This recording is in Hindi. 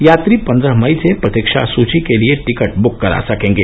यात्री पन्द्रह मई से प्रतीक्षा सूची के लिये टिकट बुक करा सकेंगे